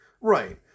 right